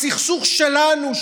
הסכסוך שלנו,